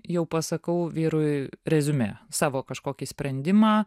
jau pasakau vyrui reziumė savo kažkokį sprendimą